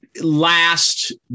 last